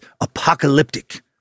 apocalyptic